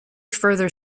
further